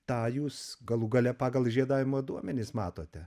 tą jūs galų gale pagal žiedavimo duomenis matote